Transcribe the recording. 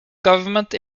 government